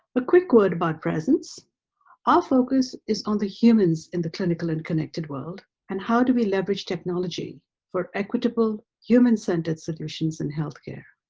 a quick word about presence our focus is on the humans in the clinical and connected world and how do we leverage technology for equitable huma centered solutions in healthcare.